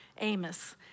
Amos